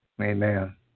Amen